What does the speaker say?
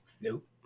Nope